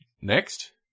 Next